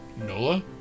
NOLA